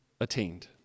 attained